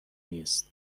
نیست